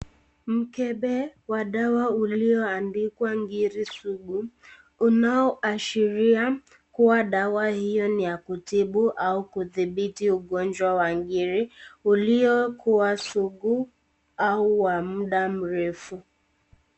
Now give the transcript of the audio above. Mkebe wa dawa ulioandikwa ngiri sugu unaoashiria kuwa dawa hiyo ni ya kutubu au kudhibiti ugonjwa wa ngiri ulioluwa sugu au wa muda mrefu.